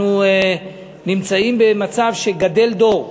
אנחנו נמצאים במצב שגדל דור,